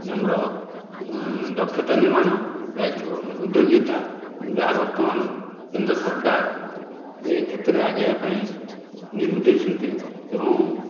ଆମର ଦକ୍ଷତା ନିର୍ମାଣ ଉଦ୍ୟୋଗତା ଯାହା ବର୍ତ୍ତମାନ କେନ୍ଦ୍ର ସରକାର ଏଇ କ୍ଷେତ୍ରରେ ଆଗେଇବା ପାଇଁ ନିର୍ଦ୍ଦେଶ ଦେଇଛନ୍ତି ଏବଂ